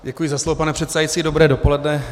Děkuji za slovo, pane předsedající, dobré dopoledne.